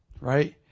Right